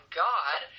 god